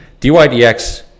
DYDX